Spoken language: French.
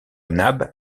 nab